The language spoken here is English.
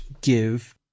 give